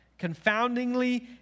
Confoundingly